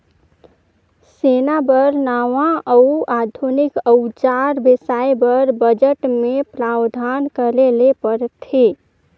सेना बर नावां अउ आधुनिक अउजार बेसाए बर बजट मे प्रावधान करे ले परथे